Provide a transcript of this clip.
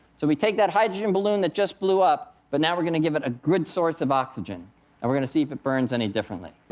so we take that hydrogen balloon that just blew up, but now we're going to give it a good source of oxygen, and we're going to see if it burns any differently.